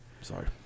Sorry